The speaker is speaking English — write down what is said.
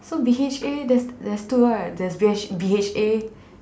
so B_H_A there's there's two lah there's B there's B_H_A